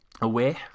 away